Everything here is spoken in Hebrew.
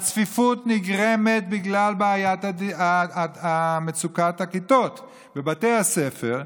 הצפיפות נגרמת בגלל מצוקת הכיתות בבתי הספר.